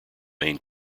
main